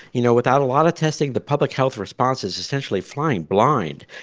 you know, without a lot of testing, the public health response is essentially flying blind.